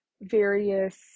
various